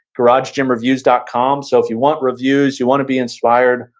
garagegymreviews dot com. so, if you want reviews, you want to be inspired,